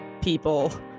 people